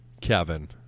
Kevin